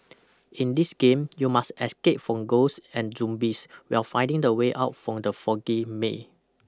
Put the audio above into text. in this game you must escape from ghosts and zumbieswhile finding the way out from the foggy may